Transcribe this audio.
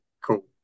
Cool